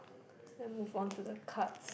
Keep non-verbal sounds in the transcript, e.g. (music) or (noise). (breath) then move on to the cards